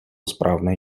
správné